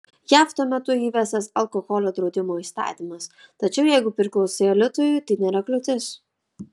jav tuo metu įvestas alkoholio draudimo įstatymas tačiau jeigu priklausai elitui tai nėra kliūtis